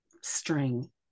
string